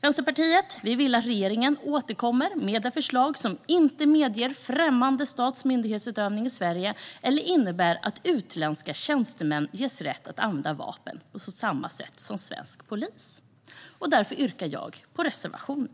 Vänsterpartiet vill att regeringen återkommer med ett förslag som inte medger främmande stats myndighetsutövning i Sverige eller innebär att utländska tjänstemän ges rätt att använda vapen på samma sätt som svensk polis. Därför yrkar jag bifall till reservationen.